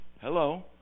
Hello